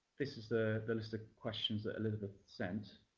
this is the the list of questions that elizabeth sent.